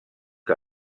que